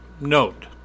Note